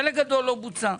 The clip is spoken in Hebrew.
חלק גדול לא בוצע.